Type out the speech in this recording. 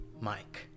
Mike